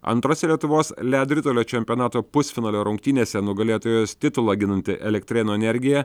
antrose lietuvos ledo ritulio čempionato pusfinalio rungtynėse nugalėtojos titulą ginanti elektrėnų energija